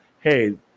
hey